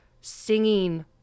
singing